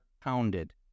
pounded